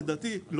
לדעתי,